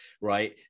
right